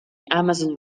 amazon